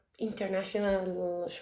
international